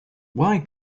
why